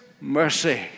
mercy